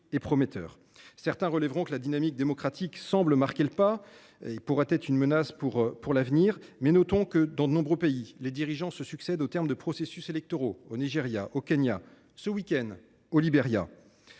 Giros. Certains relèveront que la dynamique démocratique semble marquer le pas, ce qui pourrait être une menace pour l’avenir. Pourtant, dans de nombreux pays, les dirigeants se succèdent au terme de processus électoraux : au Nigéria, au Kenya et, ce week end, au Libéria.